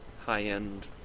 high-end